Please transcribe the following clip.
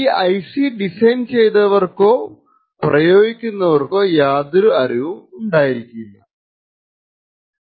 ഈ IC design ചെയ്തവർക്കോ പ്രയോഗിക്കുന്നവർക്കോ യാതൊരു അറിവും ഉണ്ടാവുകയില്ല എന്നതാണ്